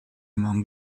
among